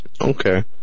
Okay